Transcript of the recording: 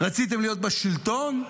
רציתם להיות בשלטון,